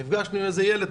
ונפגשנו פתאום עם איזה ילד'.